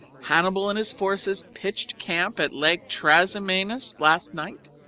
hannibal and his forces pitched camp at lake trasimenus last night.